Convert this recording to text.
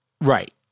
Right